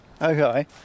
Okay